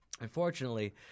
unfortunately